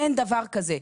אין דבר כזה.